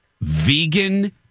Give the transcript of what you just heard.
Vegan